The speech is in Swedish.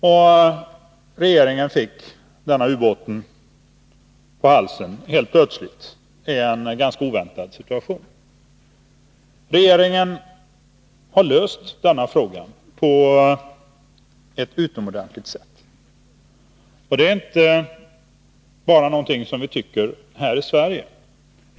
Och regeringen fick helt plötsligt den oväntade s.k. ubåtsaffären på halsen. Regeringen löste denna fråga på ett utomordentligt sätt. Det är inte bara vi här i Sverige som tycker det.